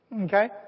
Okay